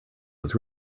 was